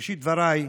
בראשית דבריי,